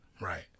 right